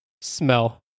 smell